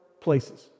places